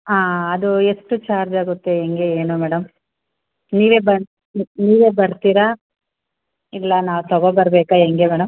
ಆಂ ಅದು ಎಷ್ಟು ಚಾರ್ಜ್ ಆಗುತ್ತೆ ಹೆಂಗೆ ಏನು ಮೇಡಮ್ ನೀವೇ ಬಂದು ನೀವೇ ಬರ್ತೀರಾ ಇಲ್ಲ ನಾವು ತಗೋಬರಬೇಕಾ ಹೆಂಗೆ ಮೇಡಮ್